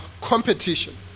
competition